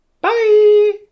Bye